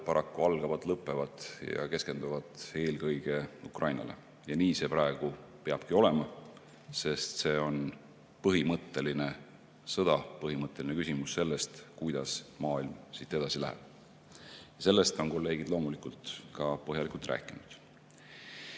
paraku algavad ja lõpevad Ukrainaga ja keskenduvad eelkõige Ukrainale. Ja nii see praegu peabki olema, sest see on põhimõtteline sõda, põhimõtteline küsimus, kuidas maailm siit edasi läheb. Sellest on kolleegid loomulikult ka põhjalikult rääkinud. Venemaa